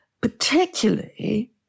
particularly